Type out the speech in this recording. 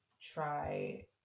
try